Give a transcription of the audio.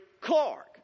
Clark